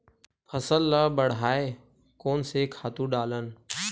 फसल ल बढ़ाय कोन से खातु डालन?